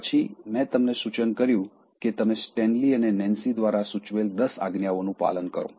પછી મેં તમને સૂચન કર્યું કે તમે સ્ટેનલી અને નેન્સી દ્વારા સૂચવેલ ૧૦ આજ્ઞાઓનું પાલન કરો